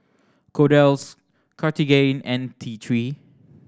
Kordel's Cartigain and T Three